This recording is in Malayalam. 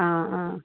ആ ആ